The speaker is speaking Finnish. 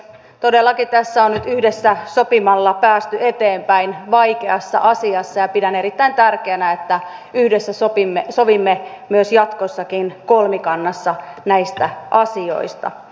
todellakin tässä on nyt yhdessä sopimalla päästy eteenpäin vaikeassa asiassa ja pidän erittäin tärkeänä että yhdessä sovimme myös jatkossa kolmikannassa näistä asioista